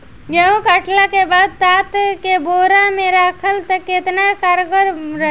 गेंहू कटला के बाद तात के बोरा मे राखल केतना कारगर रही?